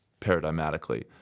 paradigmatically